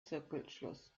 zirkelschluss